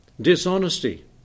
Dishonesty